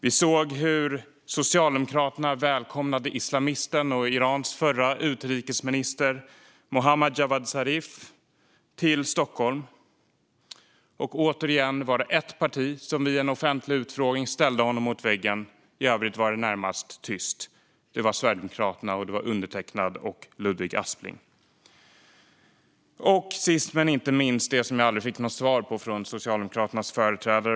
Vi såg hur Socialdemokraterna välkomnade islamisten och Irans förre utrikesminister Mohammad Javad Zarif till Stockholm. Återigen var det ett parti som vid en offentlig utfrågning ställde honom mot väggen. Det var Sverigedemokraterna genom undertecknad och Ludvig Aspling. I övrigt var det närmast tyst. Sist men inte minst vill jag ta upp det jag inte fick något svar på från Socialdemokraternas företrädare.